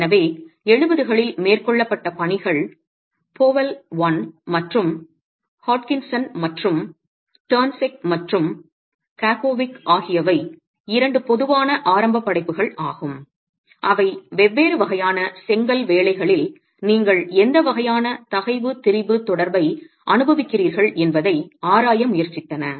எனவே 70 களில் மேற்கொள்ளப்பட்ட பணிகள் பவல் l மற்றும் ஹாட்கின்சன் மற்றும் டர்ன்செக் மற்றும் காகோவிக் ஆகியவை இரண்டு பொதுவான ஆரம்ப படைப்புகள் ஆகும் அவை வெவ்வேறு வகையான செங்கல் வேலைகளில் நீங்கள் எந்த வகையான தகைவு திரிபு தொடர்பை அனுபவிக்கிறீர்கள் என்பதை ஆராய முயற்சித்தன